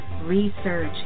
Research